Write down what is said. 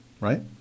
right